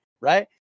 right